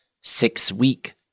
six-week